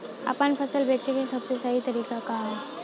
आपन फसल बेचे क सबसे सही तरीका का ह?